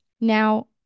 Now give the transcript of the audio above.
Now